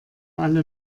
alle